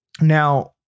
Now